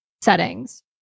settings